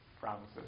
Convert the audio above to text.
promises